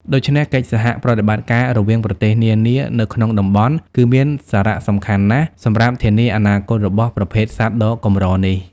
ដូច្នេះ កិច្ចសហប្រតិបត្តិការរវាងប្រទេសនានា នៅក្នុងតំបន់គឺមានសារៈសំខាន់ណាស់សម្រាប់ធានាអនាគតរបស់ប្រភេទសត្វដ៏កម្រនេះ។